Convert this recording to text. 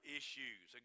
issues